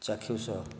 ଚାକ୍ଷୁଷ